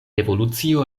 revolucio